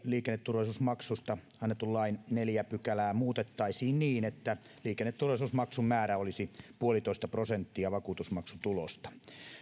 liikenneturvallisuusmaksusta annetun lain neljättä pykälää muutettaisiin niin että liikenneturvallisuusmaksun määrä olisi yksi pilkku viisi prosenttia vakuutusmaksutulosta